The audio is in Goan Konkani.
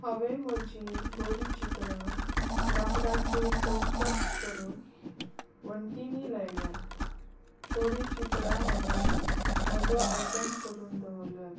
हांवें म्हजीं बरी चित्रां लांकडाचे चौकट करून वण्टींनी लायल्यांत थोडीं चित्रां हांवेन म्हजो आल्बम करून दवरल्यात